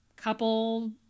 couple